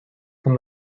from